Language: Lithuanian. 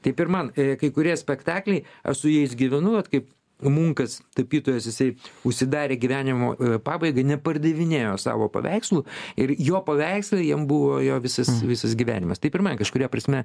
taip ir man e kai kurie spektakliai aš su jais gyvenu vat kaip munkas tapytojas jisai užsidarė gyvenimo pabaigai nepardavinėjo savo paveikslų ir jo paveikslai jam buvo jo visas visas gyvenimas taip ir man kažkuria prasme